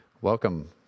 Welcome